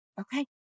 okay